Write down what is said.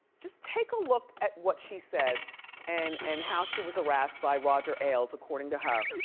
just take a look at what she says and and how she was harassed by roger ailes according to her.